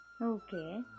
okay